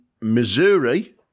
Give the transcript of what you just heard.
Missouri